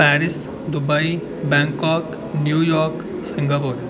Paris Dubai Bangkok New York Singapore